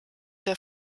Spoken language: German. der